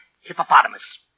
Hippopotamus